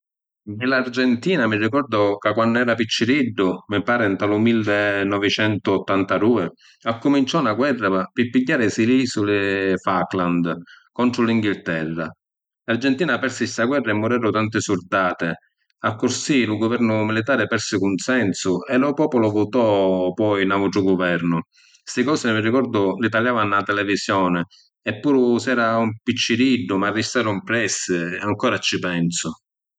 Di l’Argentina mi ricordu ca quannu era picciriddu, mi pari nta lu millinovicentuottantadui, accuminciò na guerra pi pigghiarisi li isuli Falkland, contru l’Inghilterra. L’Argentina persi sta guerra e mureru tanti surdati. Accussì lu guvernu militari persi cunsensu e lu populu vutò poi n’autru guvernu. Sti cosi, mi rigordu, li taliàva nna la televisioni, e puru si’ era un picciriddu m’arristaru ‘mpressi e ancora ci pensu.